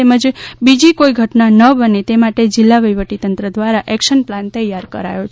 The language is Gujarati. તેમજ બીજી કોઇ ઘટના ન બને તે માટે જિલ્લા વહીવટીતંત્ર દ્વારા એકશન પ્લાન તૈયાર કરાયો છે